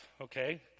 okay